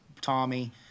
Tommy